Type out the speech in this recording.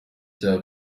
cya